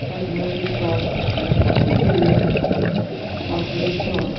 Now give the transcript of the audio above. America China Africa